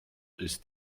ist